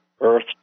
Earth